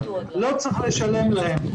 לא צריך לשלם להם.